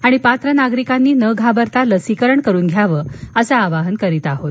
आणि पात्र नागरिकांनी न घाबरता लसीकरण करून घ्यावं असं आवाहन करत आहोत